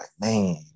man